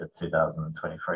2023